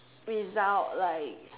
without like